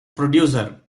producer